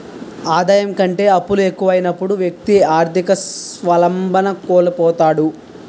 ఆదాయం కంటే అప్పులు ఎక్కువైనప్పుడు వ్యక్తి ఆర్థిక స్వావలంబన కోల్పోతాడు